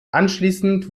anschließend